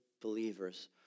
believers